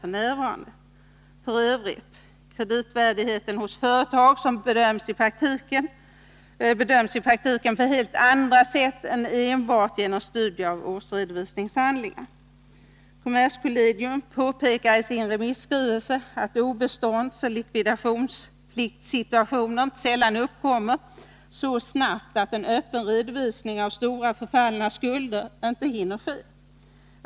F. ö. bedöms kreditvärdigheten hos ett företag i praktiken på helt andra sätt än enbart genom studier av årsredovisningshandlingarna. Kommerskollegium påpekar isin remisskrivelse att obeståndsoch likvidationspliktssituationer inte sällan uppkommer så snabbt att en öppen redovisning av stora förfallna skulder inte hinner ske.